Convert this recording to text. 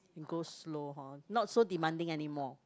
you go slow hor not so demanding anymore